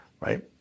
right